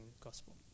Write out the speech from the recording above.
gospel